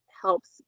helps